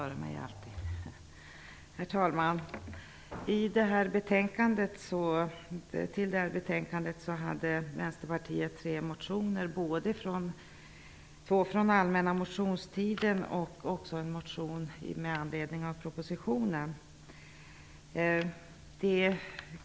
Herr talman! I det här betänkandet har Vänsterpartiet tre motioner, två från allmänna motionstiden och en motion med anledning av propositionen.